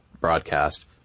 broadcast